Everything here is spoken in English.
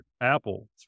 Apple